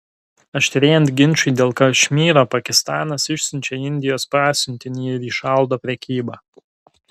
aštrėjant ginčui dėl kašmyro pakistanas išsiunčia indijos pasiuntinį ir įšaldo prekybą